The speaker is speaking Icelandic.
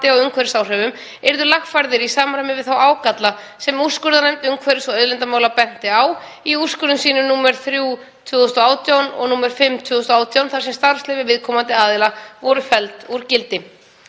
á umhverfisáhrifum yrðu lagfærðir í samræmi við þá ágalla sem úrskurðarnefnd umhverfis- og auðlindamála benti á í úrskurðum sínum nr. 3/2018 og nr. 5/2018, þar sem starfsleyfi viðkomandi aðila voru felld úr gildi.